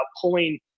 pulling